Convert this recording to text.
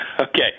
Okay